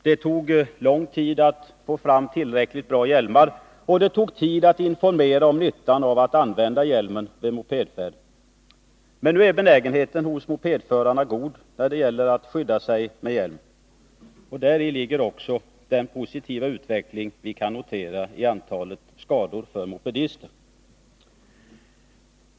Det har tagit lång tid att få fram tillräckligt bra hjälmar, och det har tagit tid att informera om nyttan av att använda hjälm vid mopedfärd. Men nu är benägenheten hos mopedförarna god när det gäller att skydda sig genom att använda hjälm. Däri ligger också den positiva utveckling vi kan notera i fråga om antalet skadade mopedister.